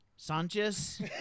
Sanchez